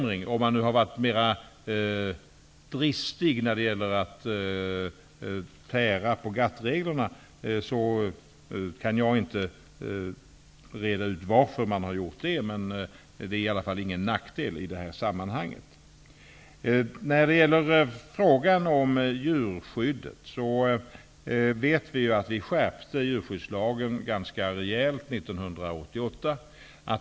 Om det nu är så att man inom EG har varit mera dristig när det gäller att tära på GATT reglerna, kan inte jag veta varför. Det är i alla fall ingen nackdel i detta sammanhang. Vi skärpte djurskyddslagen ganska rejält 1988.